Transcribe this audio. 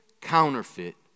counterfeit